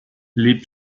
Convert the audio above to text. les